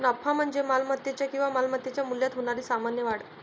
नफा म्हणजे मालमत्तेच्या किंवा मालमत्तेच्या मूल्यात होणारी सामान्य वाढ